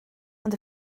ond